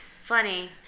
funny